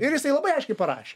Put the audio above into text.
ir jisai labai aiškiai parašė